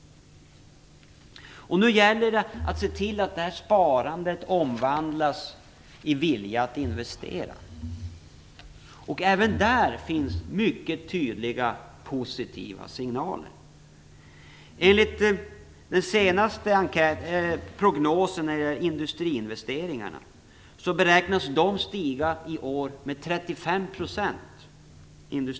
Det gäller nu att se till att denna sparvilja omvandlas till en vilja att investera. Även därvidlag finns mycket tydliga positiva signaler. Enligt den senaste prognosen för industriinvesteringarna beräknas dessa i år stiga med 35 %.